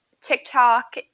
TikTok